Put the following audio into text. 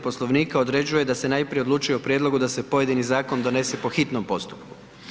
Poslovnika određuje da se najprije odlučuje o prijedlogu da se pojedini zakon donese po hitnom postupku.